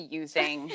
using